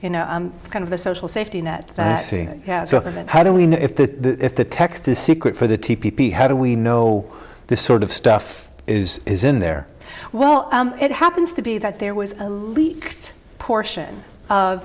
you know kind of a social safety net so how do we know if the if the text is secret for the t p how do we know this sort of stuff is is in there well it happens to be that there was a leak portion of